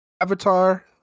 Avatar